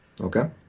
Okay